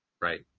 Right